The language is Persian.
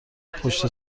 پشت